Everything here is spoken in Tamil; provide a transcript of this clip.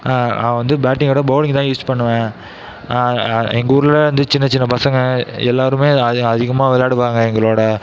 நான் வந்து பேட்டிங்கோட பவுலிங் தான் யூஸ் பண்ணுவேன் எங்கூரில் சின்ன சின்ன பசங்க எல்லாருமே அதிகமாக விளையாடுவாங்க எங்களோட